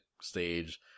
stage